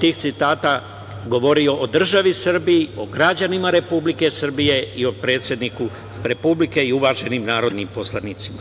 tih citata govorio o državi Srbiji, o građanima Republike Srbije i o predsedniku Republike i uvaženim narodnim poslanicima.